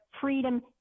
freedom